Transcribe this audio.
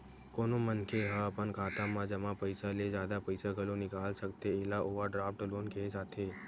कोनो मनखे ह अपन खाता म जमा पइसा ले जादा पइसा घलो निकाल सकथे एला ओवरड्राफ्ट लोन केहे जाथे